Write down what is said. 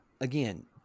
again